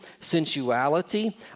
sensuality